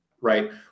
right